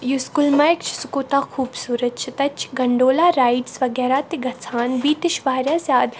یُس گُلمَرَگ چھِ سُہ کوٗتاہ خوبصوٗرَت چھِ تَتہِ چھِ گَنٛڈولا رایڈٕس وَغیرہ تہِ گَژھان بیٚیہِ تہِ چھِ واریاہ زِیادٕ